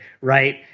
Right